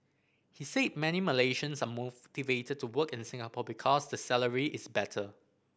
he said many Malaysians are to work in Singapore because the salary is better